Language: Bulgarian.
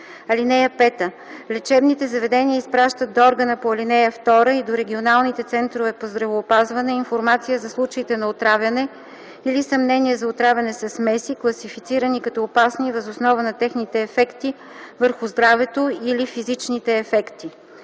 (CLP). (5) Лечебните заведения изпращат до органа по ал. 2 и до регионалните центрове по здравеопазване информация за случаите на отравяне или съмнение за отравяне със смеси, класифицирани като опасни въз основа на техните ефекти върху здравето или физичните ефекти.